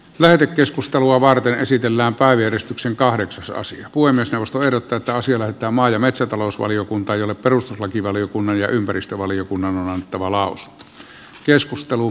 lähetekeskustelua varten esitellään päivi edistyksen kahdeksasosia voimistelusta verotetaan sillä että maa ja metsätalousvaliokuntaan jolle perustuslakivaliokunnan ja ympäristövaliokunnan on annettava lausunto